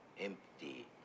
empty